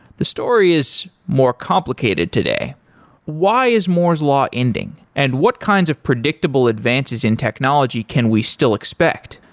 the story is more complicated today why is moore's law ending? and what kinds of predictable advances in technology can we still expect?